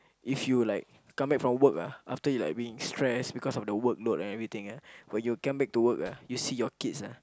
if you like come back from work ah after you like being stress because of the workload everything eh but you come back to work ah you see your kids ah